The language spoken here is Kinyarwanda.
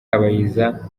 kabayiza